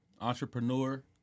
entrepreneur